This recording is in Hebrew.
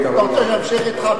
אתה רוצה שנמשיך אתך?